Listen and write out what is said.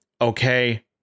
Okay